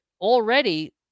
already